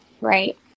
right